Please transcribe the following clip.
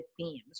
themes